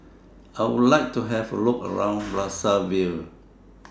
I Would like to Have A Look around Brazzaville